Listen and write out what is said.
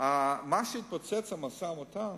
מה שהתפוצץ במשא-ומתן